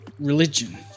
Religion